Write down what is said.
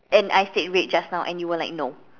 and I said red just now and you were like no